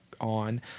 on